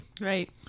Right